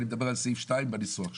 אני מדבר על סעיף 2 בניסוח שלו.